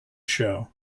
show